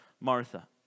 Martha